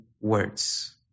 words